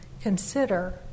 consider